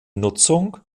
nutzung